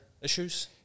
issues